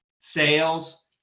Sales